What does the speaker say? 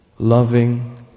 Loving